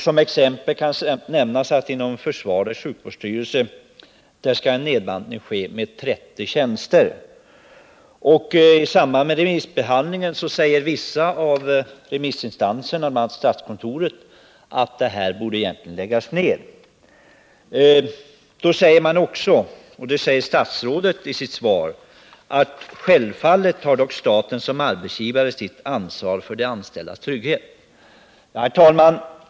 Som exempel kan nämnas att inom försvarets sjukvårdsstyrelse skall en nedbantning ske med 30 tjänster. I samband med remissbehandlingen av en utredning som har gjorts sade vissa av remissinstanserna, bl.a. statskontoret, att den egentligen borde läggas ned. Man sade inte det som statsrådet nu anför i sitt svar: ”Självfallet tar dock staten som arbetsgivare sitt ansvar för de anställdas trygghet.” Herr talman!